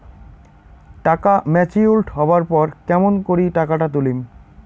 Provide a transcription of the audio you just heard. টাকা ম্যাচিওরড হবার পর কেমন করি টাকাটা তুলিম?